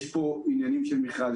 יש פה עניינים של מכרז,